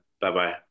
Bye-bye